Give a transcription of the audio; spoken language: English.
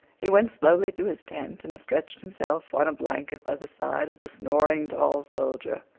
he went slowly to his tent and stretched himself on a blanket by the side of the snoring tall soldier.